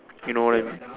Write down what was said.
you know what I mean